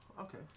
Okay